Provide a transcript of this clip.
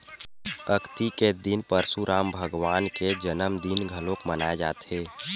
अक्ती के दिन परसुराम भगवान के जनमदिन घलोक मनाए जाथे